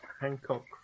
Hancock